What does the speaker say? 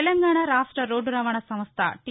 తెలంగాణ రాష్ట రోడ్లు రవాణా సంస్థ టి